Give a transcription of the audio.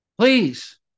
Please